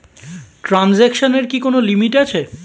ট্রানজেকশনের কি কোন লিমিট আছে?